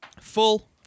Full